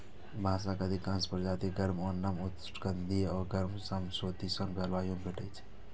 बांसक अधिकांश प्रजाति गर्म आ नम उष्णकटिबंधीय आ गर्म समशीतोष्ण जलवायु मे भेटै छै